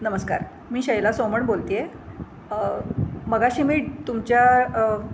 नमस्कार मी शैला सोमण बोलते आहे मघाशी मी तुमच्या